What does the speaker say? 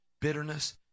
bitterness